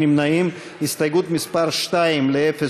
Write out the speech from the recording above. ההסתייגות של חבר הכנסת אילן גילאון לסעיף תקציבי 07,